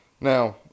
now